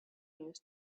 news